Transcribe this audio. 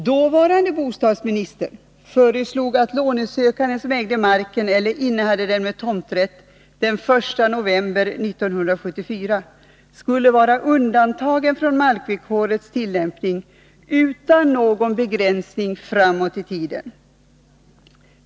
Dåvarande bostadsministern föreslog att lånesökande som ägde marken eller innehade den med tomträtt den 1 november 1974 skulle vara undantagen från markvillkorets tillämpning utan någon begränsning framåt i tiden.